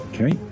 okay